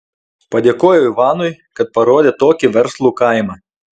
padėkojau ivanui kad parodė tokį verslų kaimą